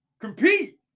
compete